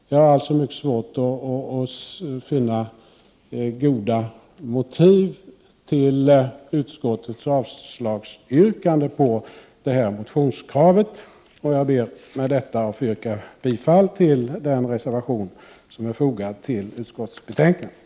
Jag har alltså mycket svårt att finna goda motiv till utskottets yrkande om avslag på det här motionskravet. Jag ber med detta få yrka bifall till den reservation som är fogad till utskottets betänkande.